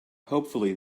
hopefully